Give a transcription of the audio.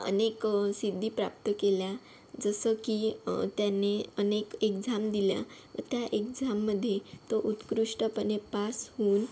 अनेक सिद्धी प्राप्त केल्या जसं की त्याने अनेक एक्झाम दिल्या व त्या एक्झाममध्ये तो उत्कृष्टपणे पास होऊन